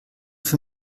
für